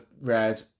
read